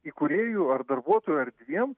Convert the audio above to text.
įkūrėju ar darbuotoju ar dviem